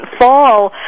fall